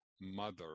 mother